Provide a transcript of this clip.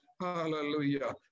hallelujah